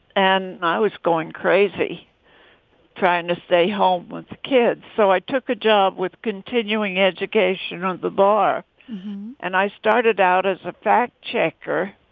and i was going crazy trying to stay home with kids. so i took a job with continuing education on the bar and i started out as a fact checker